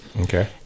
okay